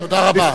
תודה רבה.